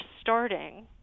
starting